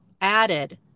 added